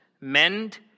Mend